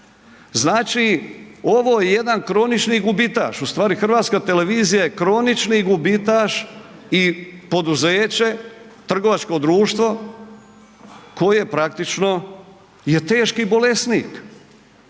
Znači ovo je jedan kronični gubitaš, ustvari Hrvatska televizija je kronični gubitaš i poduzeće, trgovačko društvo koje praktično je teški bolesnik.